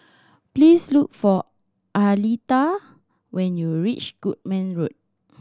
please look for Aleta when you reach Goodman Road